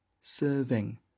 serving